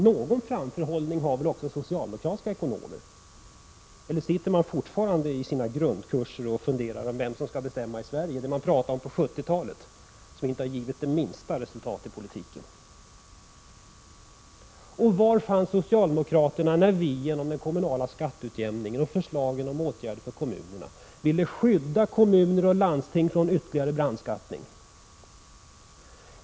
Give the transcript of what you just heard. Någon framförhållning har väl också socialdemokratiska ekonomer -— eller sitter de fortfarande i sina grundkurser och funderar på vem som skall bestämma i Sverige? Det Prot. 1986/87:128 diskuterade man på 70-talet, men det har inte givit minsta resultat i politiken. — 21 maj 1987 Var fanns socialdemokraterna när vpk genom den kommunala skatteutjämningen och förslagen om åtgärder för kommunerna ville skydda kommuner och landsting från ytterligare brandskattning?